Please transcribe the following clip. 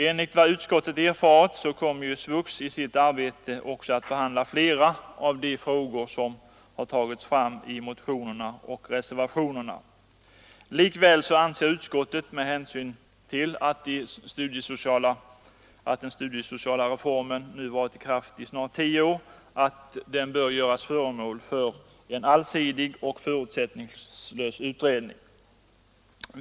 Enligt vad utskottet erfarit kommer SVUX i sitt arbete att också behandla flera av de frågor som har aktualiserats i motioner och reservationer. Likväl anför utskottet, med hänsyn till att den studiesociala reformen nu varit i kraft snart tio år, att den bör göras till föremål för en allsidig och förutsättningslös utredning.